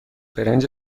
برنج